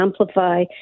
amplify